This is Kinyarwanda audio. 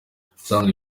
ubusanzwe